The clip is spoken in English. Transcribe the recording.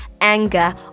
anger